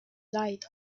diet